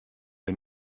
der